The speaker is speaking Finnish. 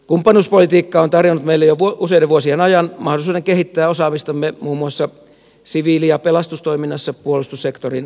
kumppanuuspolitiikka on tarjonnut meille jo useiden vuosien ajan mahdollisuuden kehittää osaamistamme muun muassa siviili ja pelastustoiminnassa puolustussektorin lisäksi